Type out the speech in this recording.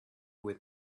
with